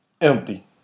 Empty